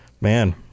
man